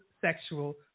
sexual